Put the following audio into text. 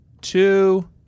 two